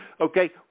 okay